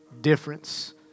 difference